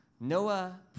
Noah